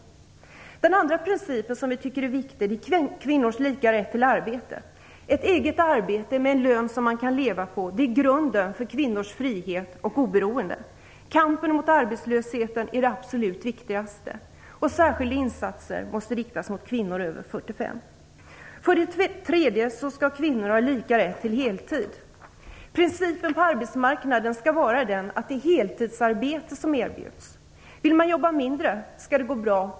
För det andra tycker vi att principen om kvinnors lika rätt till arbete är viktig. Ett eget arbete, med en lön som man kan leva på är grunden för kvinnors frihet och oberoende. Kampen mot arbetslösheten är det absolut viktigaste. Särskilda insatser måste riktas mot kvinnor över 45 år. För det tredje skall kvinnor ha lika rätt till heltid. Principen på arbetsmarknaden skall vara att det är heltidsarbete som erbjuds. Vill man jobba mindre skall det gå bra.